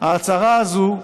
ההצהרה הזו תבטיח,